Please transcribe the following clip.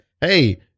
Hey